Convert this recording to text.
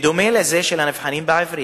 בדומה לזה של הנבחנים בעברית,